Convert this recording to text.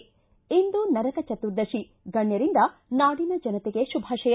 ಿ ಇಂದು ನರಕ ಚದುರ್ಶಶಿ ಗಣ್ನರಿಂದ ನಾಡಿನ ಜನತೆಗೆ ಶುಭಾಶಯ